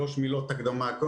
עם